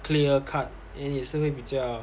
clear cut and 也是会比较